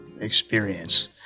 experience